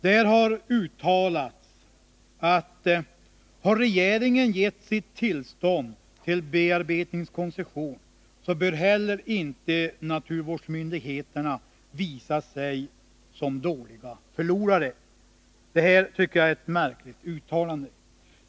Där har uttalats: ”Har regeringen gett sitt tillstånd till bearbetningskoncession så bör heller inte naturvårdsmyndigheterna visa sig som dåliga förlorare.” Jag tycker att detta är ett märkligt uttalande.